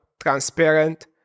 transparent